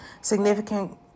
significant